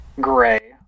gray